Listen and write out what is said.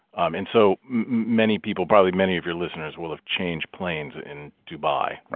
um and so many people, probably many of your listeners will have changed planes in dubai.